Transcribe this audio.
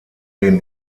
den